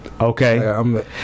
Okay